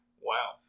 Wow